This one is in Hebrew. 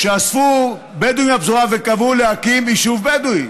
אספו בדואים מהפזורה וקבעו להקים יישוב בדואי.